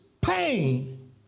pain